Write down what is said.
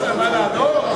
יש לו מה לעלות?